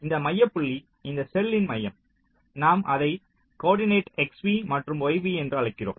இந்த மைய புள்ளி இந்த செல்லின் மையம் நாம் அதை கோர்டினேட் xv மற்றும் yv என்று அழைக்கிறோம்